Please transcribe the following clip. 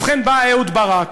ובכן, בא אהוד ברק,